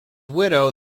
widow